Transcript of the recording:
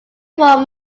four